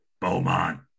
Beaumont